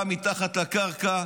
גם מתחת לקרקע.